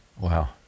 wow